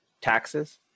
taxes